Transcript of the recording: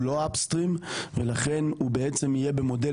הוא לא upstream ולכן הוא בעצם יהיה במודל